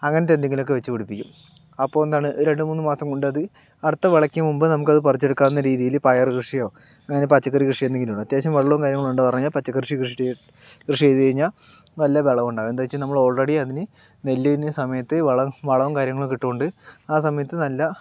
അങ്ങനെത്തെന്തെങ്കിലുമൊക്കെ വെച്ച് പിടിപ്പിക്കും അപ്പോൾഎന്താണ് രണ്ടുമൂന്ന് മാസം കൊണ്ടത് അടുത്ത വിളയ്ക്ക് മുമ്പ് നമുക്കത് പറിച്ചെടുക്കാവുന്ന രീതിയില് പയറു കൃഷിയോ അങ്ങനെ പച്ചക്കറി കൃഷിയോ എന്തെങ്കിലുണ്ടാവും അത്യാവശ്യം വെള്ളവും കാര്യങ്ങളും ഉണ്ടെന്ന് പറഞ്ഞാ പച്ചക്കറി കൃഷി ചെയ്തു കഴിഞ്ഞാൽ നല്ല വിളവ് ഉണ്ടാവും എന്താ വെച്ച് കഴിഞ്ഞാൽ നമ്മൾ ഓൾറെഡി അതിന് നെല്ലിന്റെ സമയത്ത് വളം വളവും കാര്യങ്ങളൊക്കെ ഇട്ടതുകൊണ്ട് ആ സമയത്ത് നല്ല